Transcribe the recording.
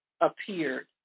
appeared